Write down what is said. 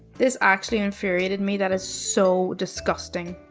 this actually infuriated me. that is so disgusting.